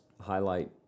highlight